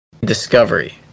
discovery